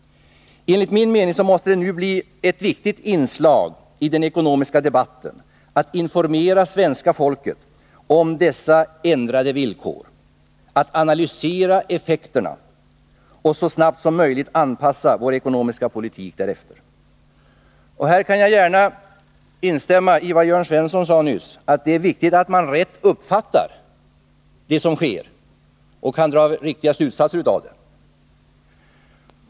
Enligt min mening måste det nu bli ett viktigt inslag i den ekonomiska debatten att informera svenska folket om dessa ändrade villkor, att analysera effekterna och så snabbt som möjligt anpassa vår ekonomiska politik därefter. Jag kan gärna instämma i vad Jörn Svensson nyss sade, nämligen att det är viktigt att man rätt uppfattar det som sker och kan dra riktiga slutsatser av det.